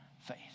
faith